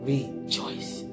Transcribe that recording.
Rejoice